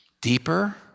deeper